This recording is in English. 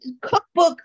cookbook